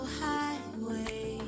highway